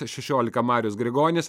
šešiolika marius grigonis